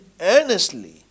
earnestly